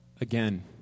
again